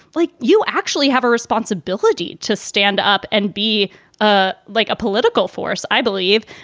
like you actually have a responsibility to stand up and be ah like a political force. i believe,